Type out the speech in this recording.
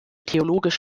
theologisch